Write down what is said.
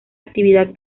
actividad